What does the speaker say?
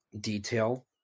detail